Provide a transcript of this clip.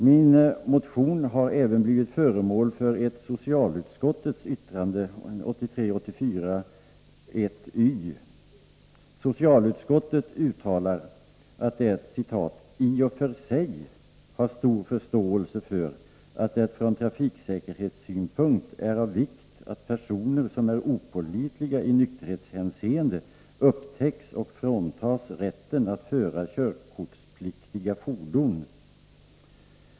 Min motion har även blivit föremål för ett socialutskottets yttrande, 1983/84:1 y. Socialutskottet uttalar att man ”har i och för sig stor förståelse för att det från trafiksäkerhetssynpunkt är av vikt att personer som är opålitliga i nykterhetshänseende upptäcks och fråntas rätten att föra körkortspliktigt fordon”.